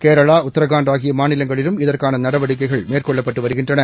கேரளா உத்ரகாண்ட் ஆகிய மாநிலங்களிலும் இதற்கான நடவடிக்கைகள் மேற்கொள்ளப்பட்டு வருகின்றன